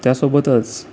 त्यासोबतच